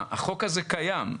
החוק הזה קיים.